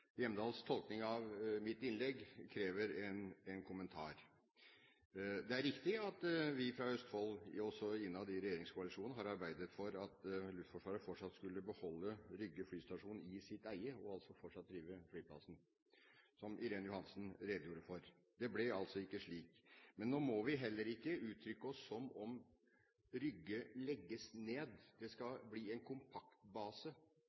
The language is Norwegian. Hjemdals tolkning av mitt innlegg krever en kommentar. Det er riktig at vi fra Østfold – også innad i regjeringskoalisjonen – har arbeidet for at Luftforsvaret fortsatt skulle beholde Rygge flystasjon i sitt eie, og altså fortsatt drive flyplassen, som Irene Johansen redegjorde for. Det ble altså ikke slik. Men nå må vi heller ikke uttrykke oss som om Rygge legges ned. Det